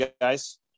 guys